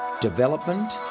development